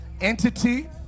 entity